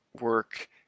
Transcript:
work